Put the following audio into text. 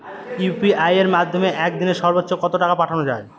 UPI এর মাধ্যমে এক দিনে সর্বচ্চ কত টাকা পাঠানো যায়?